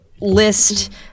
list